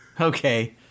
Okay